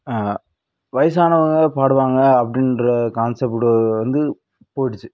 வயசானவங்க பாடுவாங்க அப்படின்ற கான்செப்புடு வந்து போய்டுச்சு